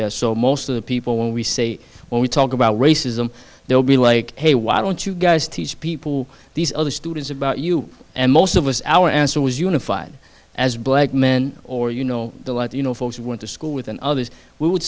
that so most of the people when we say when we talk about racism they'll be like hey why don't you guys teach people these other students about you and most of us our answer was unified as black men or you know a lot you know folks went to school with and others would